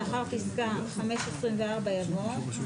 לאחר פסקה 5(24) יבוא: "(25)